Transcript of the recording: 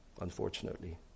unfortunately